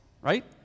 right